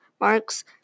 Mark's